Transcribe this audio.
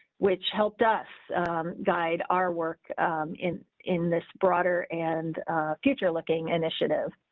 which helped us guide our work in in this broader and future looking initiative,